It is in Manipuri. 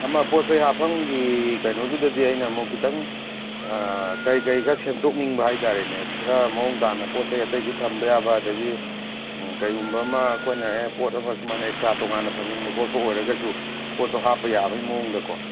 ꯑꯃ ꯄꯣꯠ ꯆꯩ ꯍꯥꯞꯐꯝꯒꯤ ꯀꯩꯅꯣꯗꯨꯗꯗꯤ ꯑꯩꯅ ꯑꯃꯨꯛ ꯈꯤꯇꯪ ꯀꯩꯀꯩ ꯈꯔ ꯁꯦꯝꯗꯣꯛꯅꯤꯡꯕ ꯍꯥꯏꯇꯥꯔꯦꯅꯦ ꯈꯔ ꯃꯋꯣꯡ ꯇꯥꯅ ꯄꯣꯠꯆꯩ ꯑꯇꯩꯁꯨ ꯊꯝꯕ ꯌꯥꯕ ꯑꯗꯒꯤ ꯀꯩꯒꯨꯝꯕ ꯑꯃ ꯑꯩꯈꯣꯏꯅ ꯑꯦ ꯄꯣꯠ ꯑꯃ ꯁꯨꯃꯥꯏꯅ ꯑꯦꯛꯁꯇ꯭ꯔꯥ ꯇꯣꯉꯥꯟꯅ ꯊꯝꯅꯤꯡꯕ ꯈꯣꯠꯄ ꯑꯣꯏꯔꯒꯁꯨ ꯄꯣꯠꯇꯣ ꯍꯥꯞꯄ ꯌꯥꯕꯩ ꯃꯑꯣꯡꯗꯀꯣ